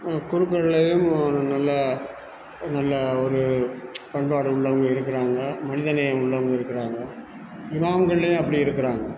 குருக்கள்லேயும் ஒரு நல்ல ஒரு நல்ல நல்ல ஒரு பண்பாடு உள்ளவங்க இருக்கிறாங்க மனித நேயம் உள்ளவங்க இருக்கிறாங்க இமாம்கலேயும் அப்படி இருக்கிறாங்க